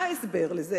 מה ההסבר לזה?